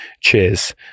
cheers